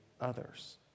others